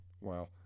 Wow